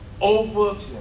Over